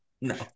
No